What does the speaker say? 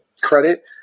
credit